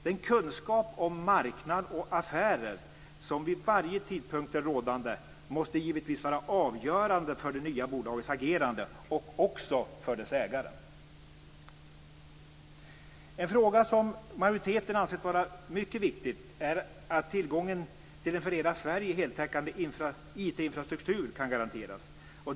Den kunskap om marknad och affärer som vid varje tidpunkt är rådande måste givetvis vara avgörande för det nya bolagets agerande och också för dess ägare. En fråga som majoriteten ansett vara mycket viktig är att tillgången till en för hela Sverige heltäckande IT-infrastruktur kan garanteras.